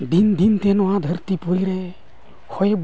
ᱫᱤᱱᱼᱫᱤᱱᱛᱮ ᱱᱚᱣᱟ ᱫᱷᱟᱹᱨᱛᱤ ᱯᱩᱨᱤᱨᱮ ᱦᱚᱭ